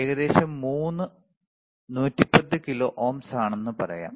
ഏകദേശം 3 110 kilo ohms ആണെന്നു പറയാം